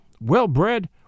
Well-bred